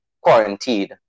quarantined